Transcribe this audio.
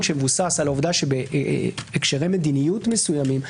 שמבוסס על העובדה שבהקשרי מדיניות מסוימים,